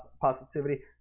positivity